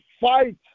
fight